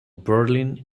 berlin